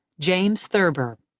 james thurber.